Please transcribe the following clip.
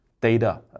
data